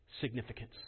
significance